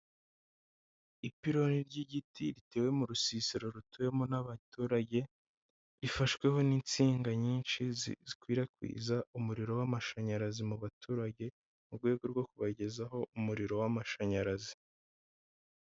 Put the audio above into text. Ipironi ry'igiti ritewe mu rusisiro rutuwemo n'abaturage rifashweho n'insinga nyinshi zikwirakwiza umuriro w'amashanyarazi mu baturage mu rwego rwo kubagezaho umuriro w'amashanyarazi.